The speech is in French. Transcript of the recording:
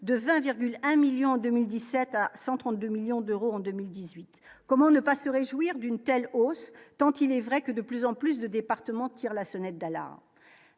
de 20,1 millions en 2017 à 132 millions d'euros en 2018, comment ne pas se réjouir d'une telle hausse tant qu'il est vrai que de plus en plus de départements tire la sonnette d'Allah,